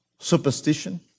superstition